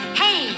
hey